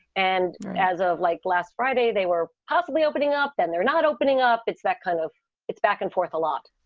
and as of like last friday, they were possibly opening up and they're not opening up it's that kind of it's back and forth a lot.